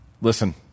listen